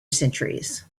centuries